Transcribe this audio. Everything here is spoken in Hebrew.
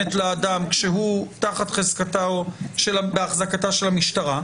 לאדם כשהוא תחת חזקתה או באחזקתה של המשטרה.